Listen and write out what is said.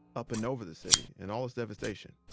up and over the city and all its devastation.